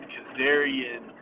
Kazarian